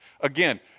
again